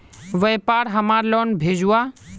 व्यापार हमार लोन भेजुआ?